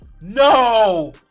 No